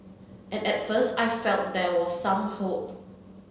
and at first I felt there was some hope